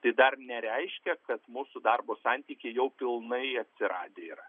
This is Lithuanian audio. tai dar nereiškia kad mūsų darbo santykiai jau pilnai atsiradę yra